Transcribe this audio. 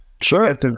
sure